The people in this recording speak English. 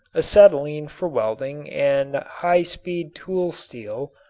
acetylene for welding and high-speed tool steel,